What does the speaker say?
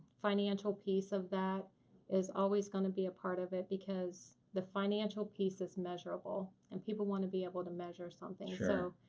financial piece of that is always going to be a part of it because the financial piece is measurable and people want to be able to measure something. so,